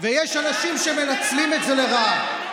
ויש אנשים שמנצלים את זה לרעה.